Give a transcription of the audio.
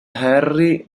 henry